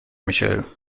michel